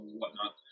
whatnot